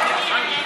לא צריך, להצביע.